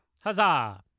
Huzzah